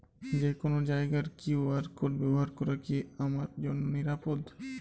যে কোনো জায়গার কিউ.আর কোড ব্যবহার করা কি আমার জন্য নিরাপদ?